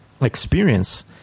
experience